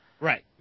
right